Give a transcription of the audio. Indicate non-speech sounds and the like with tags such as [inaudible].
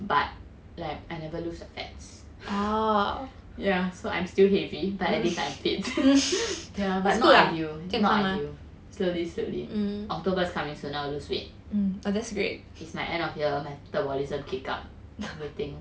but like I never lose the fats ya so I'm still heavy but at least I'm fit [laughs] yeah but not ideal not ideal slowly slowly october is coming soon I will lose weight it's my end of year metabolism kick up I'm waiting